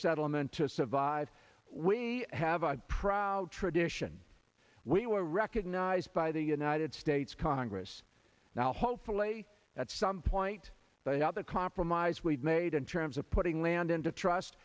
settlement to survive we have a proud tradition we were recognized by the united states congress now hopefully at some point but other compromise we've made in terms of putting land into trust